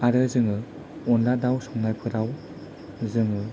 आरो जोङो अनद्ला दाउ संनायफोराव जोङो